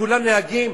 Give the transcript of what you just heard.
כולם נהגים?